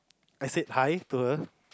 I said hi to her